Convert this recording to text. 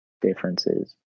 differences